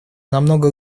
намного